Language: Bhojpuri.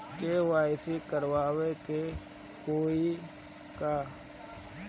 के.वाइ.सी करावे के होई का?